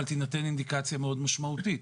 אבל תינתן אינדיקציה מאוד משמעותית.